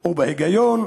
או בהיגיון,